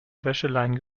wäscheleinen